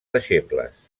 deixebles